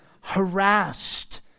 harassed